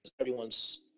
Everyone's